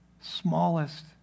smallest